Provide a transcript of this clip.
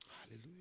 Hallelujah